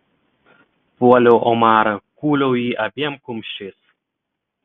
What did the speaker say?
puoliau omarą kūliau jį abiem kumščiais